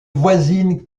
voisine